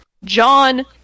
john